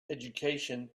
education